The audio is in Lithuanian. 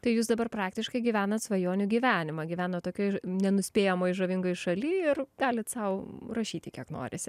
tai jūs dabar praktiškai gyvenat svajonių gyvenimą gyvenot tokioj nenuspėjamoj žavingoj šaly ir galit sau rašyti kiek norisi